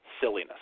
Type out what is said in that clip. silliness